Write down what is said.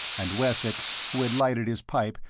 and wessex, who had lighted his pipe,